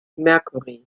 mercury